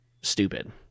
stupid